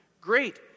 Great